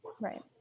right